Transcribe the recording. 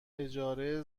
اجاره